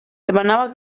demanava